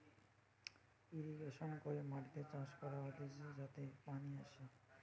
irrigation করে মাটিতে চাষ করা হতিছে যাতে পানি আসে